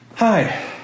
hi